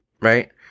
right